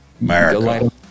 America